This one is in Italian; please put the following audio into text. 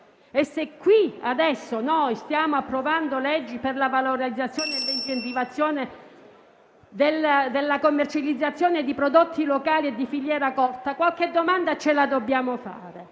cuore dell'Europa, stiamo approvando leggi per la valorizzazione e l'incentivazione della commercializzazione di prodotti locali e di filiera corta: qualche domanda ce la dobbiamo porre.